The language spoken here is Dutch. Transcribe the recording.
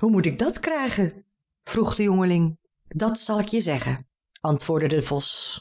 hoe moet ik dat krijgen vroeg de jongeling dat zal ik je zeggen antwoordde de vos